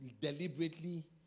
deliberately